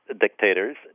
dictators